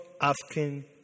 asking